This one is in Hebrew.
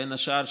בין השאר,